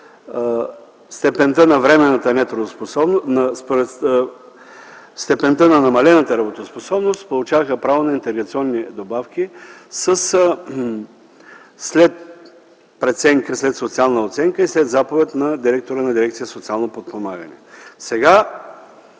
степента и вида на увреждането, според степента на намалената работоспособност, получаваха право на интеграционни добавки, след социална оценка и след заповед на директора на дирекция „Социално подпомагане”. Сега